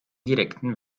direkten